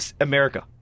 America